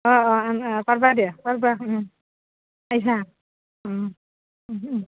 অঁ অঁ অঁ পাৰবা দিয়া পাৰবা পাইছা